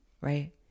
Right